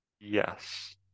Yes